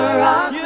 rock